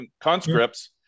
conscripts